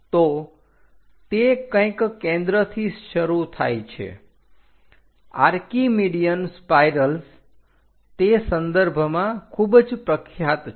તો તે કંઈક કેન્દ્રથી શરૂ થાય છે આર્કિમીડિયન સ્પાઇરલ્સ તે સંદર્ભમાં ખૂબ જ પ્રખ્યાત છે